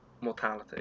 mortality